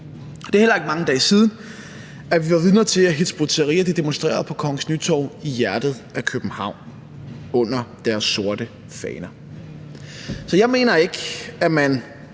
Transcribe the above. det er heller ikke mange dage siden, at vi var vidner til, at Hizb ut-Tahrir demonstrerede på Kongens Nytorv i hjertet af København under deres sorte faner. Så jeg mener ikke, at man,